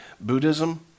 buddhism